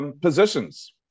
positions